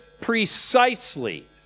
precisely